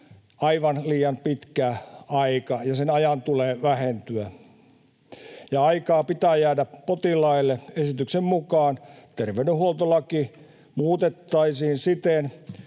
aivan liian pitkä aika, ja sen ajan tulee vähentyä. Aikaa pitää jäädä potilaille. Esityksen mukaan terveydenhuoltolakia muutettaisiin siten,